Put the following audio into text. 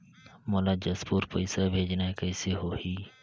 मोला जशपुर पइसा भेजना हैं, कइसे होही?